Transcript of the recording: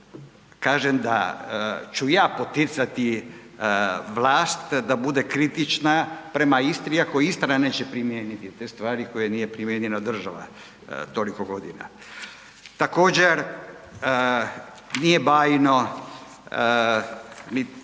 kažem da ću ja poticati vlast da bude kritična prema Istri iako Istra neće primijeniti te stvari koje nije primijenila država toliko godina. Također nije bajno